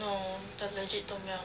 no the legit tom-yum